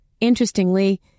Interestingly